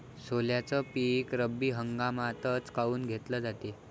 सोल्याचं पीक रब्बी हंगामातच काऊन घेतलं जाते?